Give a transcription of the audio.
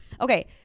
Okay